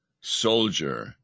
soldier